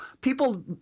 people